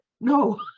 no